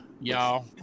y'all